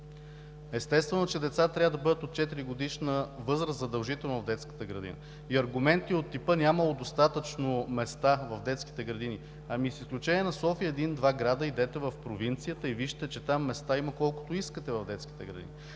Естествено, че децата трябва да бъдат от 4-годишна възраст задължително в детската градина и аргументи от типа: нямало достатъчно места в детските градини… С изключение на София и един-два града идете в провинцията и вижте, че там места има колкото искате в детските градини.